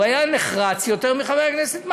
הוא היה נחרץ יותר מחבר הכנסת מקלב.